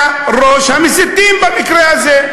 אתה ראש המסיתים במקרה הזה.